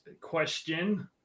question